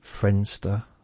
Friendster